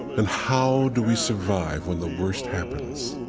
and how do we survive when the worst happens?